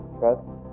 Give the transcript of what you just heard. trust